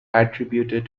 attributed